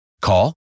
Call